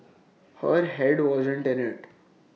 her Head wasn't in IT